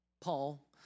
Paul